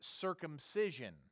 circumcision